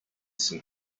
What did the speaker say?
some